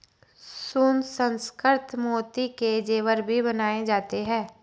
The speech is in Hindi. सुसंस्कृत मोती के जेवर भी बनाए जाते हैं